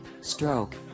stroke